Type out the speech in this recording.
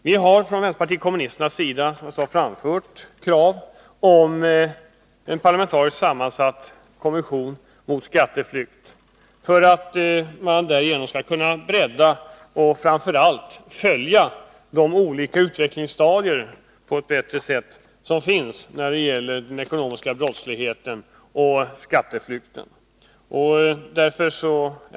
Vi från vänsterpartiet kommunisternas sida har framfört krav om en parlamentariskt sammansatt kommission mot skatteflykt för att man därigenom skall kunna bredda och framför allt på ett bättre sätt följa de olika utvecklingsstadier som finns när det gäller den ekonomiska brottsligheten och skatteflykten.